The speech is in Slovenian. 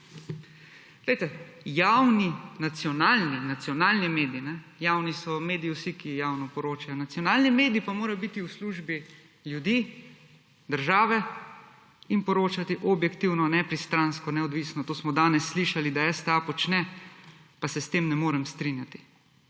Glejte, javni nacionalni medij. Javni so mediji vsi, ki javno poročajo, nacionalni mediji pa morajo biti v službi ljudi, države in poročati objektivno, nepristransko, neodvisno. To smo danes slišali, da STA počne, pa se s tem ne morem strinjati